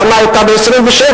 והאחרונה היתה ב-1927.